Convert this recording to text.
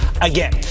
again